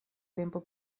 tempo